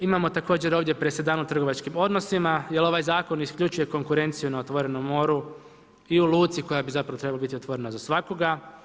Osim toga, imamo također ovdje presedan u trgovačkim odnosima jer ovaj Zakon isključuje konkurenciju na otvorenom moru i u luci koji bi zapravo trebala biti otvorena za svakoga.